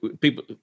people